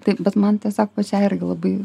taip bet man tiesiog pačiai irgi labai